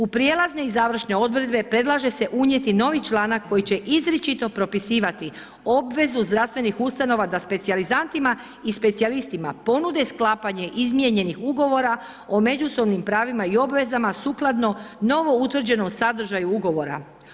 U prijelazne i završne odredbe predlaže se unijeti novi članak koji će izričito propisivati obvezu zdravstvenih ustanova da specijalizantima i specijalistima ponude sklapanje izmijenih ugovora o međusobnim pravima i obvezama sukladno novo utvrđenom sadržaju ugovora.